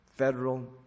federal